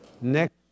next